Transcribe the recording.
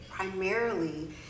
primarily